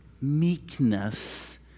meekness